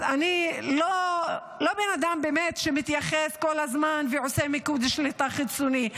אז אני לא בן אדם שבאמת מתייחס כל הזמן ועושה מיקוד שליטה חיצוני,